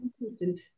important